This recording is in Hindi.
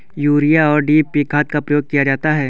यूरिया और डी.ए.पी खाद का प्रयोग किया जाता है